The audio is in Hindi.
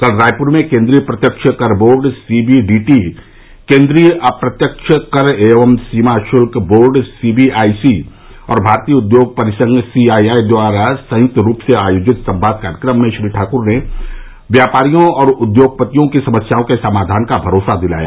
कल रायपुर में केन्द्रीय प्रत्यक्ष कर board C B D T केन्द्रीय अप्रत्यक्ष कर एवं सीमा शुल्क board C B I C और भारतीय उद्योग परिसंघ सी आई आई द्वारा संयुक्त रूप से आयोजित संवाद कार्यक्रम में श्री ठाक्र ने व्यापारियों और उद्योगपतियों की समस्याओं के समाधान का भरोसा दिलाया